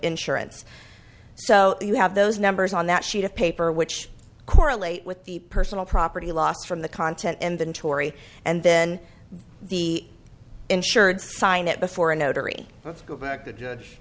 insurance so you have those numbers on that sheet of paper which correlate with the personal property loss from the content and then tori and then the insured sign it before a notary let's go back to judge